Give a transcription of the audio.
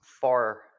far